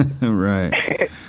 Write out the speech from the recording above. Right